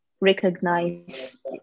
recognize